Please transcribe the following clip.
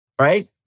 Right